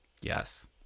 Yes